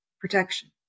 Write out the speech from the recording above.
protection